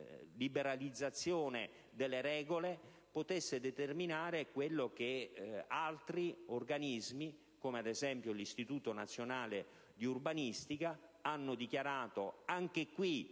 esagerata liberalizzazione delle regole potesse determinare quello che altri organismi, come ad esempio l'Istituto nazionale di urbanistica, hanno dichiarato anche in